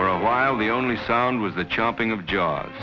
for a while the only sound was the chopping of jobs